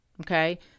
Okay